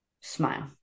Smile